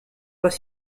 pas